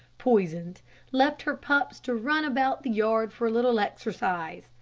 poisoned left her pups to run about the yard for a little exercise.